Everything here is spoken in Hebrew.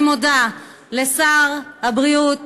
אני מודה לשר הבריאות